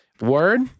Word